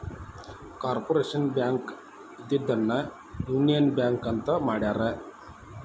corporation Bank ಇದ್ದಿದ್ದನ್ನ Union Bank ಅಂತ ಮಾಡ್ಯಾರ